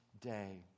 day